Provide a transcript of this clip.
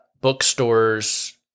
bookstores